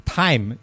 time